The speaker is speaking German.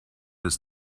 des